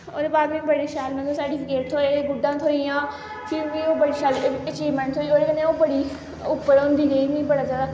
ओह्दे बाद मी बड़े शैल मतलब सर्टिफिकेट थ्होए गुड्डां थ्होइयां फ्ही मी ओह् बड़ी शैल अचीवमैंट थ्होई ओह्दे कन्ने अ'ऊं बड़ी उप्पर होंदी गेई मी बड़ा जैदा